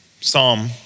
Psalm